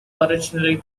originally